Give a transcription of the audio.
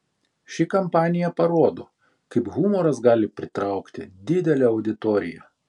ši kampanija parodo kaip humoras gali pritraukti didelę auditoriją